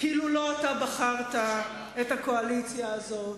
כאילו לא אתה בחרת את הקואליציה הזאת,